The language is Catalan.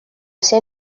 ser